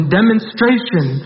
demonstration